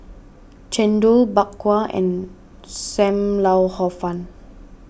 Chendol Bak Kwa and Sam Lau Hor Fun